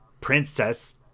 Princess